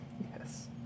Yes